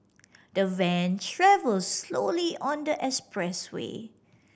the van travelled slowly on the expressway